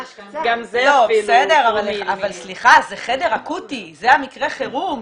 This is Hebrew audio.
אבל סליחה, זה חדר אקוטי, זה המקרה חירום.